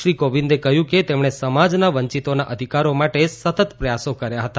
શ્રી કોવિંદે કહ્યું કે તેમણે સમાજના વંચિતોના અધિકારો માટે સતત પ્રયાસો કર્યા હતા